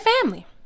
family